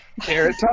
Carrot